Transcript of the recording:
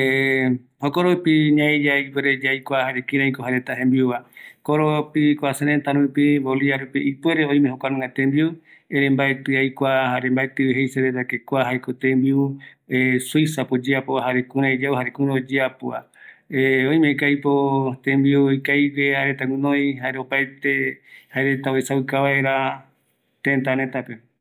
jokoropo ñaiyave ipuere yaikua jare kirei ko jae reta jembiuva, koropi kua sereta rupi Bolivia rupi ipuere oime jokuanunga tembiu, erei mbaeti aikua jare mbaetivi jei seve de que kua jaeko tembiu Suiza pe oyeapova, jare kureiyae oyeapova oimevi ko aipo tembiu ikavigue jae reta gunoi jare opaete jaereta uesauka vaera tetareta pe.